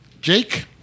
Jake